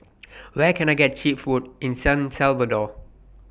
Where Can I get Cheap Food in San Salvador